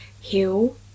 heal